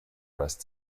rest